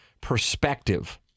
perspective